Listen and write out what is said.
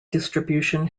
distribution